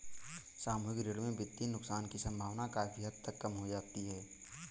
सामूहिक ऋण में वित्तीय नुकसान की सम्भावना काफी हद तक कम हो जाती है